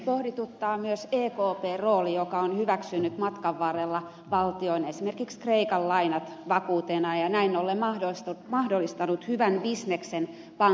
pohdituttaa myös ekpn rooli joka on hyväksynyt matkan varrella valtion esimerkiksi kreikan lainat vakuutena ja näin ollen mahdollistanut hyvän bisneksen pankeille